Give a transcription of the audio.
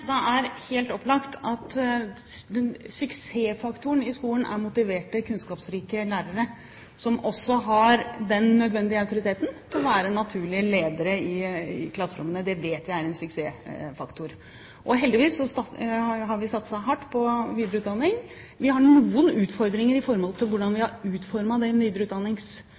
Det er helt opplagt at suksessfaktoren i skolen er motiverte og kunnskapsrike lærere som også har den nødvendige autoritet til å være naturlige ledere i klasserommene. Det vet vi er en suksessfaktor. Heldigvis har vi satset hardt på videreutdanning. Vi har noen utfordringer med hensyn til hvordan vi har